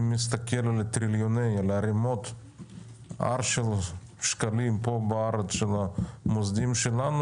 אני מסתכל על טריליונים ועל הר של שקלים פה בארץ של המוסדיים שלנו,